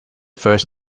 first